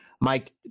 Mike